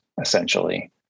essentially